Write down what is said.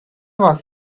was